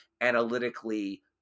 analytically